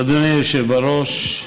אדוני היושב בראש,